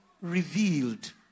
revealed